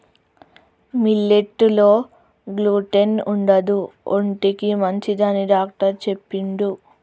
millet లో gluten ఉండదు ఒంటికి మంచిదని డాక్టర్ చెప్పిండు